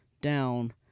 down